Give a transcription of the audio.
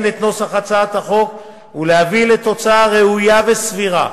את נוסח הצעת החוק ולהביא לתוצאה ראויה וסבירה,